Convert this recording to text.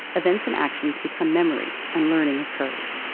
events and actions become memories and learning occurs.